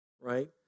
right